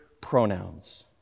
pronouns